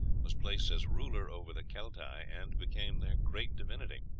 was placed as ruler over the celtae, and became their great divinity.